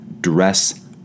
dress